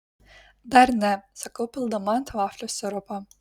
dar ne sakau pildama ant vaflio sirupą